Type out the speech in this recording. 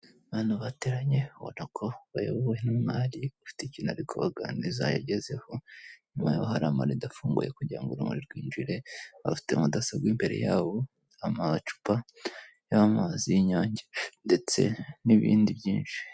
Abantu bateranye ubona ko bayobowe n'umwari ufite ikintu ari kubaganiza yagezeho, inyuma y'abo hari amarido afunguye kugira ngo urumuri rwinjire, bafite mudasobwa imbere yabo, amacupa y'amazi y'inyange ndetse n'ibindi byinshi.